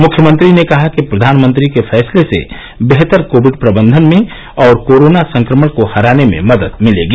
मुख्यमंत्री ने कहा कि प्रधानमंत्री के फैसले से बेहतर कोविड प्रबंधन में और कोरोना संक्रमण को हराने में मदद मिलेगी